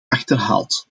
achterhaald